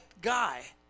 guy